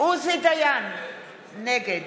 נגד